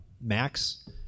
Max